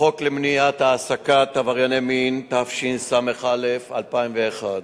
החוק למניעת העסקת עברייני מין, התשס"א 2001,